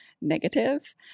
negative